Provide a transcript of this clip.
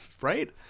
Right